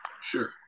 Sure